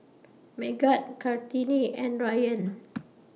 Megat Kartini and Ryan